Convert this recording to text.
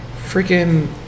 freaking